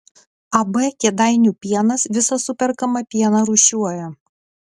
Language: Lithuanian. ab kėdainių pienas visą superkamą pieną rūšiuoja